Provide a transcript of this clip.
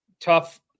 Tough